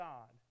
God